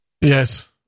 Yes